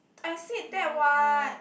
I said that [what]